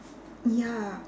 ya